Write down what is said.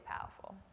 powerful